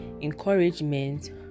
encouragement